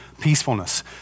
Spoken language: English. peacefulness